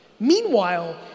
Meanwhile